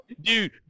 dude